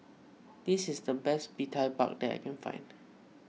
this is the best Bee Tai Mak that I can find